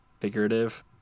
figurative